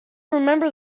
remember